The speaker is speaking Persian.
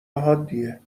حادیه